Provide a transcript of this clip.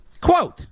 Quote